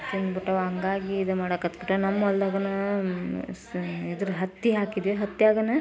ತಿಂದ್ಬಿಟ್ವು ಹಂಗಾಗಿ ಇದ್ಮಾಡೋಕೆ ಹತ್ಬಿಟ್ಟು ನಮ್ಮ ಹೊಲದಾಗೇನ ಸಹ ಇದರ ಹತ್ತಿ ಹಾಕಿದ್ವಿ ಹತ್ಯಾಗನ